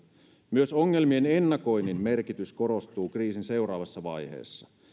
myös ongelmien ennakoinnin merkitys korostuu kriisin seuraavassa vaiheessa